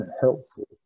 helpful